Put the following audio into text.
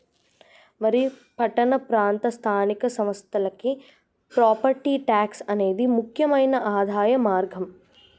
మరి పట్టణ ప్రాంత స్థానిక సంస్థలకి ప్రాపట్టి ట్యాక్స్ అనేది ముక్యమైన ఆదాయ మార్గం